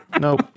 Nope